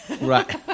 Right